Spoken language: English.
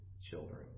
children